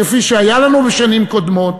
כפי שהיה לנו בשנים קודמות,